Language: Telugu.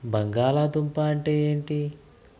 బంగాళాదుంప అంటే ఏంటి